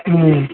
अँ